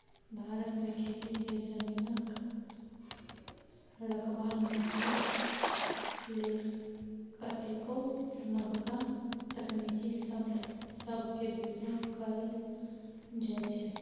भारत मे खेती केर जमीनक रकबा नापइ लेल कतेको नबका तकनीकी शब्द सब केर प्रयोग कएल जाइ छै